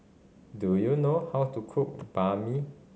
do you know how to cook Banh Mi